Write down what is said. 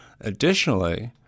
Additionally